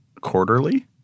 quarterly